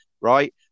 right